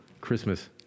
Christmas